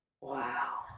Wow